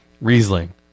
Riesling